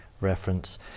reference